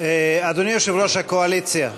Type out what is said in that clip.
אדוני יושב-ראש הקואליציה,